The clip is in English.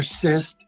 persist